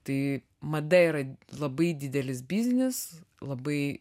tai mada yra labai didelis biznis labai